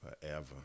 Forever